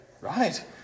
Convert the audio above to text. right